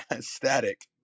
static